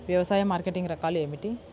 వ్యవసాయ మార్కెటింగ్ రకాలు ఏమిటి?